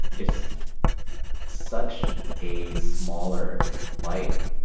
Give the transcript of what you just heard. it's such a smaller life.